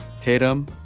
Tatum